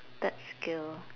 third skill